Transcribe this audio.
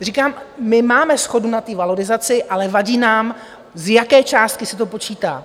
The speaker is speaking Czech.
Říkám, my máme shodu na tu valorizaci, ale vadí nám, z jaké částky se to počítá.